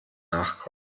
nachkommen